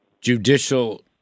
judicial